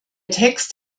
text